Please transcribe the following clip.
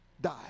Die